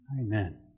Amen